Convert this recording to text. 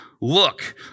look